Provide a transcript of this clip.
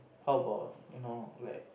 how about you know like